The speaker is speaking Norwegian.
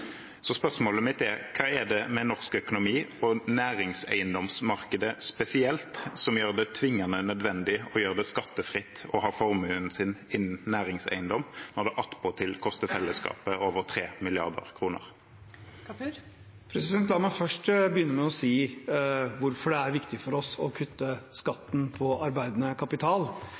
Spørsmålet mitt er: Hva er det med norsk økonomi, og næringseiendomsmarkedet spesielt, som gjør det tvingende nødvendig å gjøre det skattefritt å ha formuen sin innen næringseiendom, når det attpåtil koster fellesskapet over 3 mrd. kr? La meg først begynne med å si hvorfor det er viktig for oss å kutte skatten på arbeidende kapital,